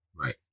Right